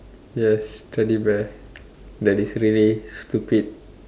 yes Teddy bear that is really stupid